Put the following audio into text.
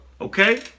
okay